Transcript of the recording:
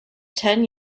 ten